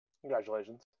Congratulations